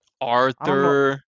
Arthur